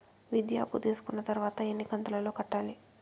విద్య అప్పు తీసుకున్న తర్వాత ఎన్ని కంతుల లో కట్టాలి?